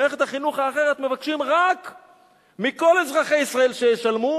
על מערכת החינוך האחרת מבקשים רק מכל אזרחי ישראל שישלמו,